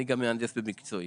אני גם מהנדס במקצועי.